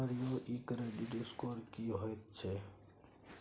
Sir यौ इ credit score की होयत छै?